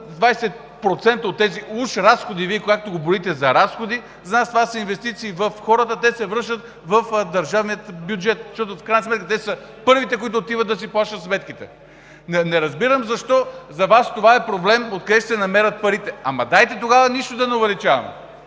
20% от тези уж разходи, както го броите за разходи – за нас това са инвестиции в хората, те се връщат в държавния бюджет, защото те са първите, които отиват да си плащат сметките! Не разбирам защо за Вас това е проблем – откъде ще се намерят парите. Дайте тогава нищо да не увеличаваме!